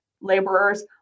laborers